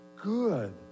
good